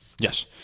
Yes